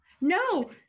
no